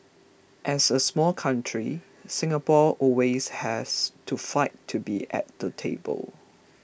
as a small country Singapore always has to fight to be at the table